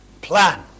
plan